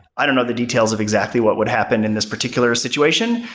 i don't know the details of exactly what would happen in this particular situation,